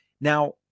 Now